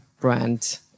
brand